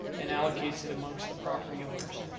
and allocates it amongst the property owners.